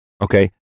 okay